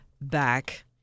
back